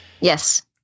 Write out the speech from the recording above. Yes